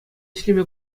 ӗҫлеме